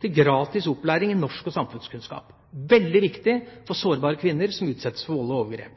til gratis opplæring i norsk og samfunnskunnskap – veldig viktig for sårbare kvinner som utsettes for vold og overgrep.